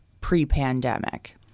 pre-pandemic